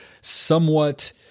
somewhat